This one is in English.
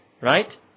right